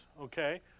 okay